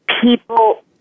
people